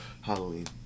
Halloween